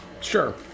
Sure